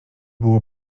było